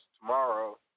tomorrow